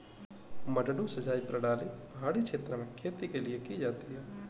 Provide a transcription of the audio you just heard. मडडू सिंचाई प्रणाली पहाड़ी क्षेत्र में खेती के लिए की जाती है